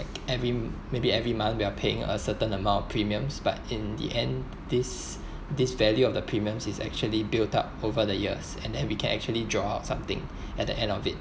every maybe every month we are paying a certain amount of premiums but in the end this this value of the premiums is actually built up over the years and then we can actually draw out something at the end of it